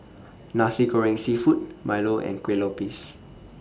Nasi Goreng Seafood Milo and Kueh Lopes